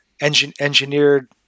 engineered